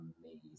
amazing